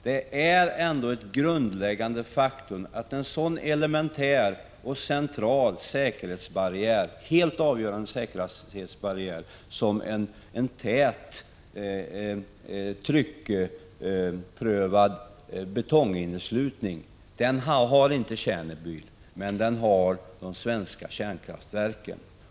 Det är ett grundläggande faktum att en elementär och helt avgörande säkerhetsbarriär bestående av en tät tryckprövad betonginneslutning inte finns i Tjernobyl men däremot finns i de svenska kärnkraftverken.